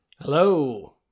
Hello